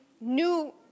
new